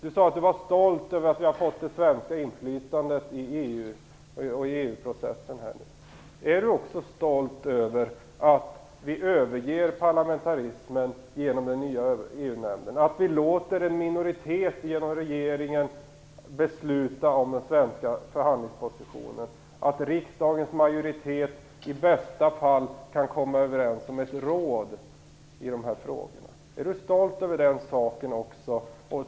Hon sade att hon var stolt över att vi har fått det svenska inflytandet i EU-processen. Är Birgit Friggebo också stolt över att vi överger parlamentarismen genom den nya EU-nämnden, att vi låter en minoritet genom regeringen besluta om den svenska förhandlingspositionen och att riksdagens majoritet i bästa fall kan komma överens om ett råd i dessa frågor? Är Birgit Friggebo också stolt över detta?